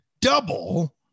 double